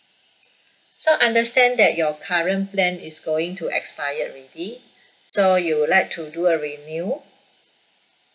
so understand that your current plan is going to expired already so you would like to do a renew